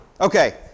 Okay